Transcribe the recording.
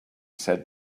said